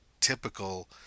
typical